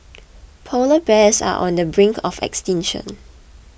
Polar Bears are on the brink of extinction